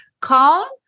calm